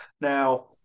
Now